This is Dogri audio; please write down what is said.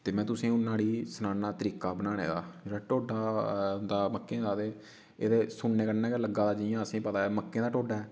ते में तुसेंगी हून न्हाड़ी सनाना तरीका बनाने दा जेह्ड़ा टोडा होंदा मक्कें दा ते एह्दा सुनने कन्नै गै लग्गा दा जियां असेंगी पता ऐ मक्कै दा टोडा ऐ